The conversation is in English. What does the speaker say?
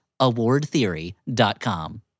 AwardTheory.com